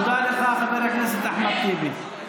תודה לך, חבר הכנסת אחמד טיבי.